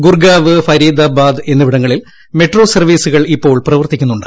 Gurgaon Faridabad metro മെട്രോ സർവ്വീസുകൾ ഇപ്പോൾ പ്രവർത്തിക്കുന്നുണ്ട്